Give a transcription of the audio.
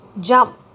jump